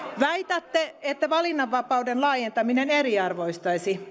väitätte että valinnanvapauden laajentaminen eriarvoistaisi